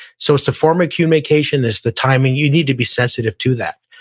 so, it's the form of communication, it's the timing, you need to be sensitive to that.